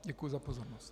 Děkuji za pozornost.